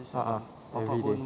a'ah ya really